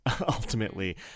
ultimately